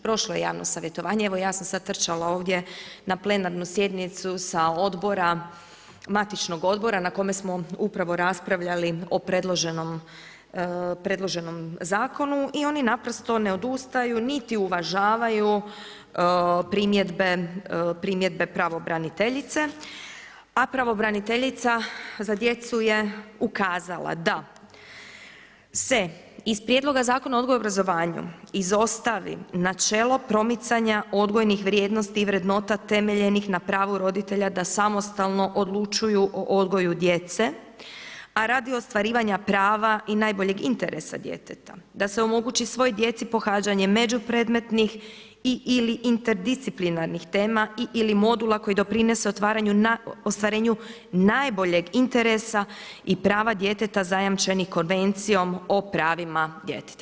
Prošlo je javno savjetovanje, evo ja sam sada trčala ovdje na plenarnu sjednicu sa matičnog odbora na kome smo upravo raspravljali o predloženom zakonu i oni naprosto ne odustaju niti uvažavaju primjedbe pravobraniteljice, a pravobraniteljica za djecu je ukazala da se iz Prijedloga Zakona o odgoja i obrazovanja izostavi načelo promicanja odgojnih vrijednosti i vrednota temeljenih na pravu roditelja da samostalno odlučuju o odgoju djece, a radi ostvarivanja prava i najboljeg interesa djeteta, da se omogući svoj djeci pohađanje među predmetnih i/ili interdisciplinarnih tema i/ili modula koji doprinose ostvarenju najboljeg interesa i prava djeteta zajamčenih Konvencijom o pravima djeteta.